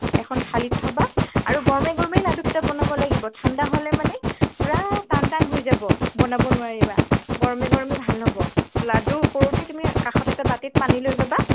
এখন থালিত থ'বা আৰু গৰমে গৰমেই লাডুকেইটা বনাব লাগিব ঠাণ্ডা হ'লে মানে পুৰা টান টান হৈ যাব বনাব নোৱাৰিবা গৰমে গৰমে ভাল হ'ব লাডু কৰোতে তুমি কাষত এটা বাতিত পানী লৈ ল'বা